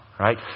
Right